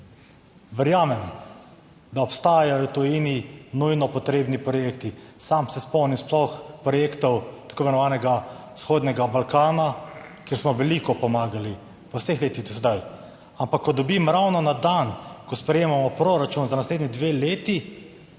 Verjamem, da obstajajo v tujini nujno potrebni projekti. Sam se spomnim sploh projektov tako imenovanega zahodnega Balkana, kjer smo veliko pomagali po vseh letih do sedaj. Ampak ko dobim ravno na dan, ko sprejemamo proračun za naslednji dve leti,